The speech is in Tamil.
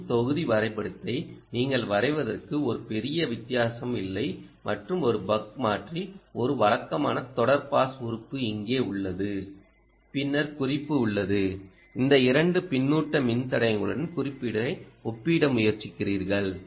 ஓவின் தொகுதி வரைபடத்தை நீங்கள் வரைவதற்கு ஒரு பெரிய வித்தியாசம் இல்லை மற்றும் ஒரு பக் மாற்றி ஒரு வழக்கமான தொடர் பாஸ் உறுப்பு இங்கே உள்ளது பின்னர் குறிப்பு உள்ளது இந்த இரண்டு பின்னூட்ட மின்தடையங்களுடன் குறிப்பை ஒப்பிட முயற்சிக்கிறீர்கள்